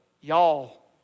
y'all